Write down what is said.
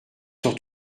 sur